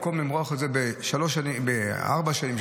במקום למרוח את זה בארבע שנים,